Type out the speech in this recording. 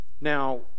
Now